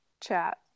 chat